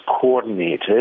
coordinated